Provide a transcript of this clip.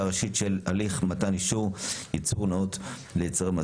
ראשית של הליך מתן אישור ייצור נאות ליצרני מזון,